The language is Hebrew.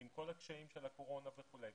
עם כל הקשיים של הקורונה וכולי.